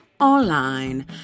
online